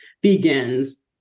begins